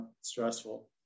stressful